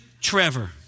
Trevor